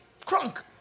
crunk